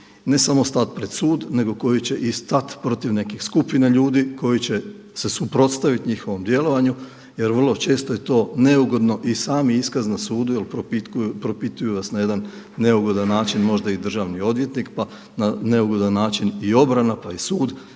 ne samo stat pred sud nego koji će i stat protiv nekih skupina ljudi koji će se suprotstaviti njihovom djelovanju jer vrlo često je to neugodno i sami iskaz na sudu jel propituju vas na jedan neugodan način, možda i državni odvjetnik, pa na neugodan način i obrana, pa i sud.